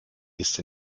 ist